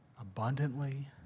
abundantly